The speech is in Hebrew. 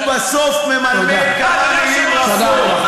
כמה מילים רפות?